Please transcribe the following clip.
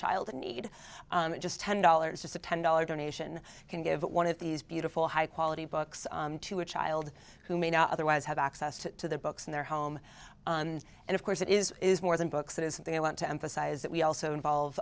child in need just ten dollars just a ten dollars donation can give one of these beautiful high quality books to a child who may not otherwise have access to their books in their home and of course it is is more than books it is something i want to emphasize that we also involve